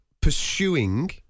pursuing